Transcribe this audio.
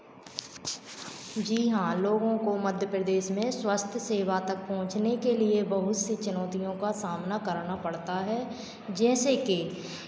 जी हाँ लोगों को मध्य प्रदेश में स्वस्थ सेवा तक पहुंचने के लिए बहुत सी चुनौतियों का सामना करना पड़ता है जैसे कि